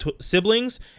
siblings